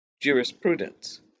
jurisprudence